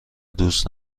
دوست